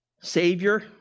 Savior